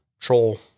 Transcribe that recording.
troll